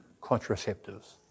contraceptives